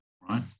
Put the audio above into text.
right